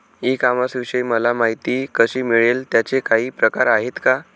E कॉमर्सविषयी मला माहिती कशी मिळेल? त्याचे काही प्रकार आहेत का?